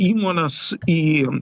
įmones į